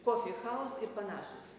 kofi haus ir panašūs